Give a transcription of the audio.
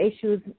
issues